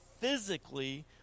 physically